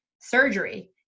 surgery